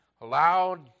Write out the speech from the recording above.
allowed